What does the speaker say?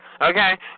Okay